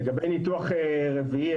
לגבי ניתוח רביעי,